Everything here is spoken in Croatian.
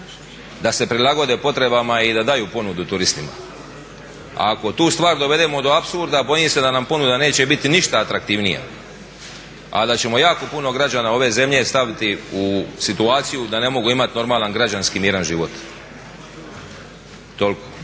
da se prilagode potrebama i da daju ponudu turistima. A ako tu stvar dovedemo do apsurda bojim se da nam ponuda neće biti ništa atraktivnija, a da ćemo jako puno građana ove zemlje staviti u situaciju da ne mogu imati normalan građanski miran život. Toliko.